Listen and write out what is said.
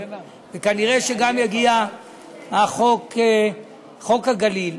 וכנראה גם יגיע חוק הגליל.